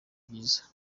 byiza